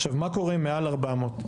עכשיו מה קורה מעל 400?